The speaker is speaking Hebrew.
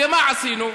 ומה עשינו?